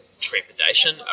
trepidation